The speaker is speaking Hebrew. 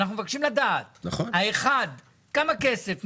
אנחנו מבקשים לדעת: כמה כסף ניתן,